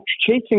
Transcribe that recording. chasing